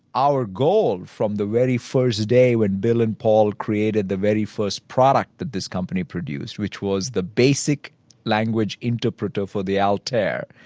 our goal from the very first day when bill and paul created the very first product that this company produced, which was the basic language interpreter for the altair,